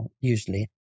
usually